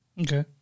Okay